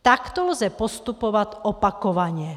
takto lze postupovat opakovaně.